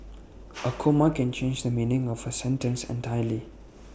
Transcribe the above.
A comma can change the meaning of A sentence entirely